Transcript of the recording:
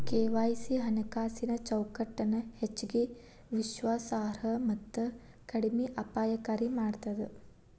KYC ಹಣಕಾಸಿನ್ ಚೌಕಟ್ಟನ ಹೆಚ್ಚಗಿ ವಿಶ್ವಾಸಾರ್ಹ ಮತ್ತ ಕಡಿಮೆ ಅಪಾಯಕಾರಿ ಮಾಡ್ತದ